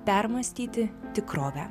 permąstyti tikrovę